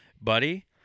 buddy